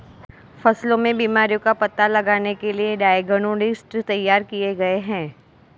फसलों में बीमारियों का पता लगाने के लिए डायग्नोस्टिक किट तैयार किए गए हैं